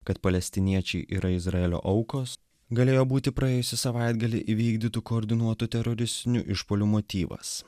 kad palestiniečiai yra izraelio aukos galėjo būti praėjusį savaitgalį įvykdytų koordinuotų teroristinių išpuolių motyvas